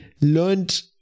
learned